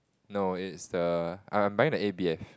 no it's the I am buying the a_b_f